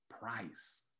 price